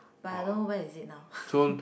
but I don't know where is it now